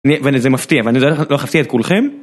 וזה מפתיע, ואני לא אכפתי את כולכם.